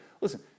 Listen